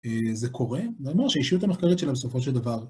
זה קורה, נאמר שהאישות המחקרת שלהם בסופו של דבר.